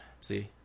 See